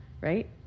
right